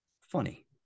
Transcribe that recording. funny